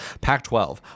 pac-12